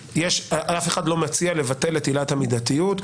ואף אחד לא מציע לבטל את עילת המידתיות.